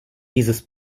dieses